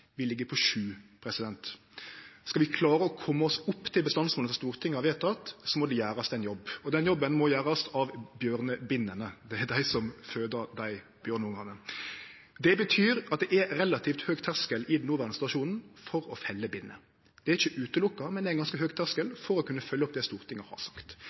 Vi ligg på sju. Skal vi klare å kome oss opp til bestandsmålet som Stortinget har fastsett, må det gjerast ein jobb. Den jobben må gjerast av bjørnebinnene – det er dei som føder bjørneungane. Det betyr at det er relativt høg terskel i den noverande situasjonen for å felle binner. Det er ikkje utelukka, men det er ein ganske høg terskel, for å kunne følgje opp det Stortinget har sagt.